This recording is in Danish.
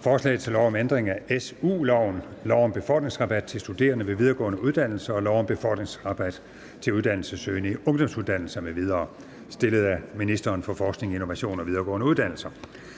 Forslag til lov om ændring af SU-loven, lov om befordringsrabat til studerende ved videregående uddannelser og lov om befordringsrabat til uddannelsessøgende i ungdomsuddannelser m.v. (Ændring af reglerne om støttetid, begrænsninger i adgangen